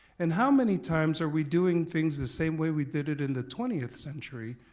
and how many times are we doing things the same way we did it in the twentieth century